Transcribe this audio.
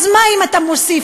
אז מה אם אתה מוסיף,